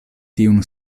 tiun